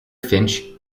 finch